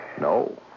No